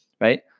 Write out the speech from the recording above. right